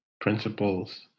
principles